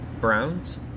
Browns